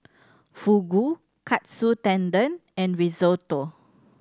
Fugu Katsu Tendon and Risotto